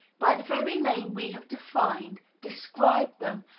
by the very name we have defined, described them,